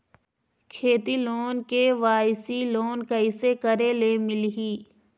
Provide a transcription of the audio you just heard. खेती loan KYC loan कइसे करे ले मिलही?